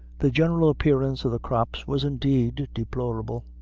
the general appearance of the crops was indeed deplorable.